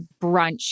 brunch